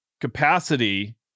capacity